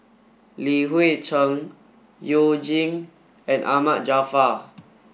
Li Hui Cheng You Jin and Ahmad Jaafar